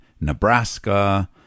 Nebraska